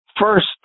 first